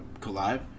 collide